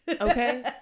Okay